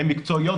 הן מקצועיות,